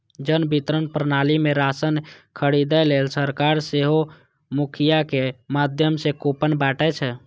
जन वितरण प्रणाली मे राशन खरीदै लेल सरकार सेहो मुखियाक माध्यम सं कूपन बांटै छै